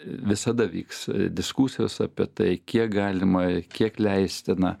visada vyks diskusijos apie tai kiek galima kiek leistina